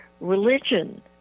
religion